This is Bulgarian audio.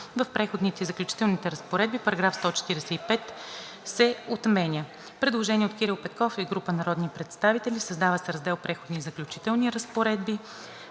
в преходните и заключителните разпоредби § 145 се отменя.“ Предложение от Кирил Петков и група народни представители: „Създава се раздел „Преходни и заключителни разпоредби“.